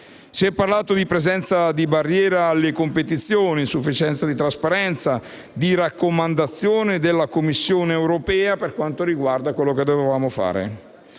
Si è parlato di presenza di barriera alla competizione, di insufficienza di trasparenza, di raccomandazione della Commissione europea per quanto riguarda ciò che dovevamo fare.